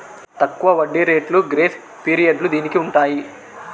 తక్కువ వడ్డీ రేట్లు గ్రేస్ పీరియడ్లు దీనికి ఉంటాయి